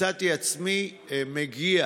מצאתי עצמי מגיע